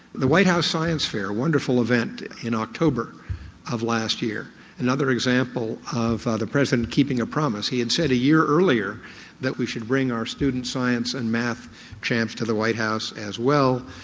the white house science fair, a wonderful event in october of last year, another example of the president keeping a promise. he had said a year earlier that we should bring our student science and maths champs to the white house as well.